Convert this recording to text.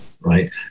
right